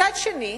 מצד שני,